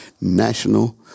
national